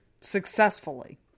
Successfully